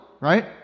right